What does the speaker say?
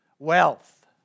Wealth